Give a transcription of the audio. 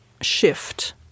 shift